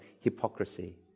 hypocrisy